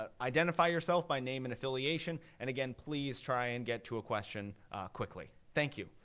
ah identify yourself by name and affiliation, and again, please try and get to a question quickly. thank you.